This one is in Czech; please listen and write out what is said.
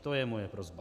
To je moje prosba.